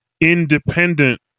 independent